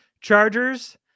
Chargers